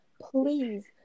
please